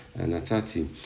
Natati